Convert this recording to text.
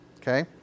Okay